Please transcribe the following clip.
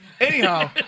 Anyhow